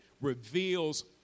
reveals